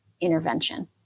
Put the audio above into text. intervention